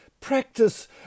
Practice